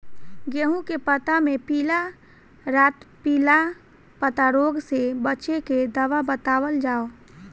गेहूँ के पता मे पिला रातपिला पतारोग से बचें के दवा बतावल जाव?